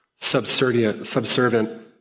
subservient